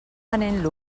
venent